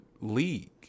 league